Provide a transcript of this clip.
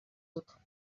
autres